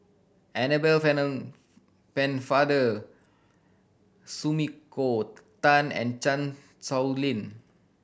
Annabel Pennefather Sumiko Tan and Chan Sow Lin